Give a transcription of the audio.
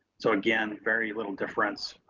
so again, very little difference,